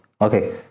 okay